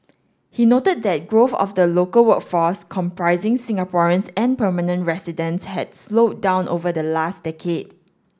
he noted that growth of the local workforce comprising Singaporeans and permanent residents had slowed down over the last decade